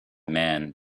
man